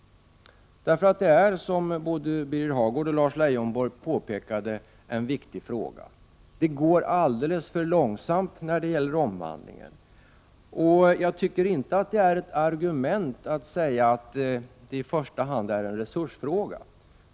Det är, som både Birger Hagård och Lars Leijonborg påpekade, en viktig fråga. Omvandlingen går alldeles för långsamt. Det är inte något argument att det i första hand är en resursfråga.